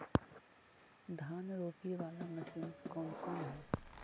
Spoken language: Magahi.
धान रोपी बाला मशिन कौन कौन है?